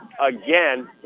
again